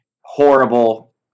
Horrible